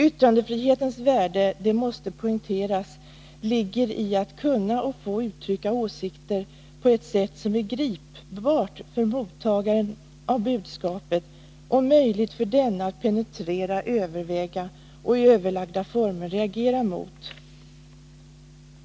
Yttrandefrihetens värde — det måste poängteras — ligger i att man kan och får uttrycka åsikter på ett sätt som är gripbart för mottagaren av budskapet och gör det möjligt för denne att penetrera, överväga och i överlagda former reagera mot.